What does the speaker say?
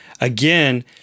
Again